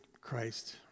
Christ